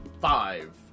five